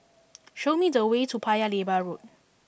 show me the way to Paya Lebar Road